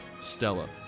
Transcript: Stella